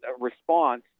response